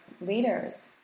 leaders